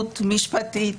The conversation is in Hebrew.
חוק ומשפט,